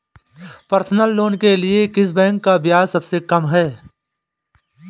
Personal loan के लिए किस बैंक का ब्याज सबसे कम है?